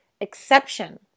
exception